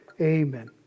amen